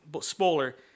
spoiler